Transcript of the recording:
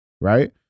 right